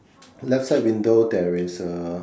left side window there is a